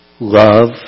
love